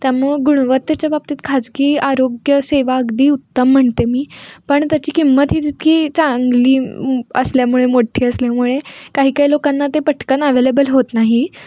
त्यामुळं गुणवत्तेच्या बाबतीत खाजगी आरोग्य सेवा अगदी उत्तम म्हणते मी पण त्याची किंमत ही तितकी चांगली असल्यामुळे मोठ्ठी असल्यामुळे काही काही लोकांना ते पटकन अव्हेलेबल होत नाही